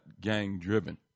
gang-driven